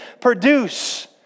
produce